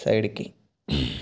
సైడ్కి